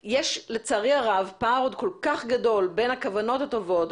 לצערי הרב הפער עוד כל כך גדול בין הכוונות הטובות,